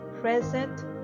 present